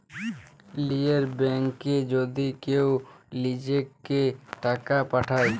লীযের ব্যাংকে যদি কেউ লিজেঁকে টাকা পাঠায়